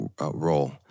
role